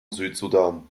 südsudan